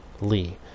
lee